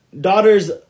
daughters